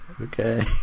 Okay